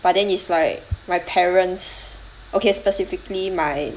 but then is like my parents okay specifically my